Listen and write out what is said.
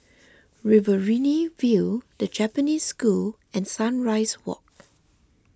Riverina View the Japanese School and Sunrise Walk